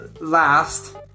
last